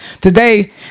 today